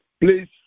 Please